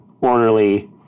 orderly